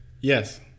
Yes